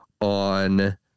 on